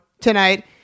tonight